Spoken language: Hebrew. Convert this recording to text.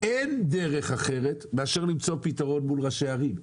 אין דרך אחרת מאשר למצוא פתרון מול ראשי הערים,